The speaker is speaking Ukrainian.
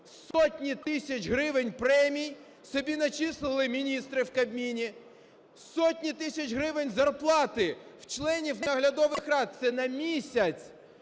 сотні тисяч гривень премій собі начислили міністри в Кабміні, сотні тисяч гривень зарплати у членів наглядових рад, це на місяць.